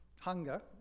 hunger